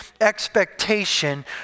expectation